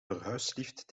verhuislift